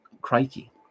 Crikey